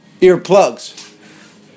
Earplugs